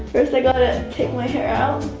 first i gotta take my hair out,